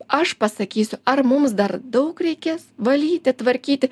aš pasakysiu ar mums dar daug reikės valyti tvarkyti